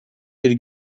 bir